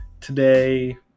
today